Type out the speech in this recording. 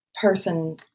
person